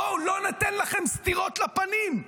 בואו לא ניתן לכם סטירות לפנים.